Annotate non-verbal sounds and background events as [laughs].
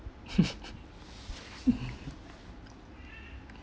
[laughs]